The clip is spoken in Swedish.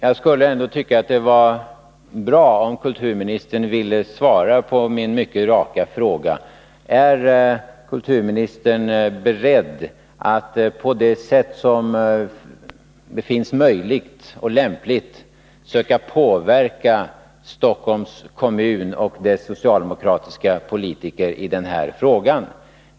Fru talman! Det vore bra om kulturministern ville svara på min mycket raka fråga: Är kulturministern beredd att på det sätt som befinns möjligt och lämpligt söka påverka Stockholms kommun och dess socialdemokratiska politiker i den här frågan?